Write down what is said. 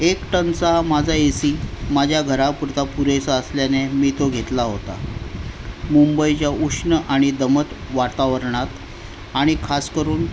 एक टनचा माझा एसी माझ्या घरापुरता पुरेसा असल्याने मी तो घेतला होता मुंबईच्या उष्ण आणि दमत वातावरणात आणि खास करून